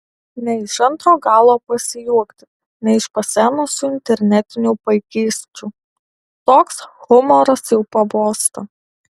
ne iš antro galo pasijuokti ne iš pasenusių internetinių paikysčių toks humoras jau pabosta